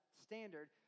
standard